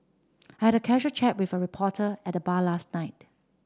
I had a casual chat with a reporter at the bar last night